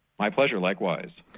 my pleasure, likewise.